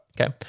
Okay